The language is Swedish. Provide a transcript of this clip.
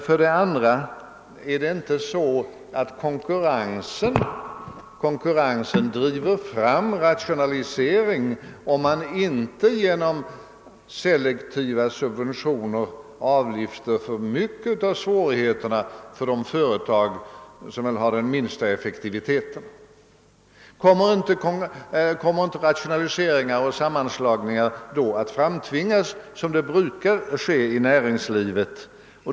Förhåller det sig vidare så, att konkurrensen driver fram rationalisering, om man inte genom selektiva subventioner avlyfter för mycket av svårigheterna för de företag som har den lägsta effektiviteten? Kommer inte då rationaliseringar och sammanslagningar att framtvingas som brukar ske i näringslivet?